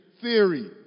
theory